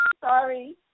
Sorry